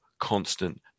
constant